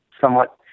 somewhat